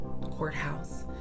Courthouse